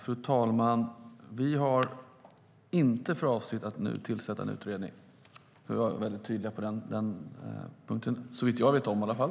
Fru talman! Vi har inte för avsikt att nu tillsätta en utredning, inte såvitt jag vet i alla fall.